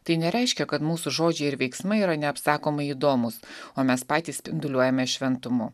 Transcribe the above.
tai nereiškia kad mūsų žodžiai ir veiksmai yra neapsakomai įdomūs o mes patys spinduliuojame šventumu